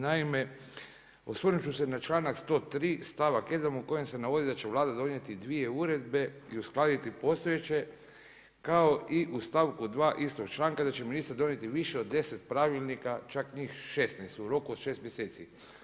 Naime, osvrnut ću se na članak 103. stavak 1. u kojem se navodi da će Vlada donijeti dvije uredbe i uskladiti postojeće, kao i u stavku 2. istog članka da će ministar donijeti više od 10 pravilnika, čak njih 16 u roku od 6 mjeseci.